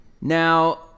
Now